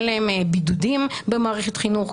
אין להם בידודים במערכת החינוך.